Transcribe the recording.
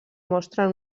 mostren